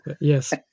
Yes